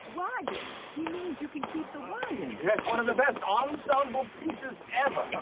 wagon. he means you can keep the wagon. yes, one of the best ensemble pieces ever.